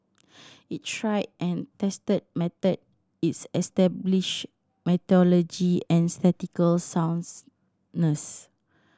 it's tried and tested method it's established methodology and statistical soundness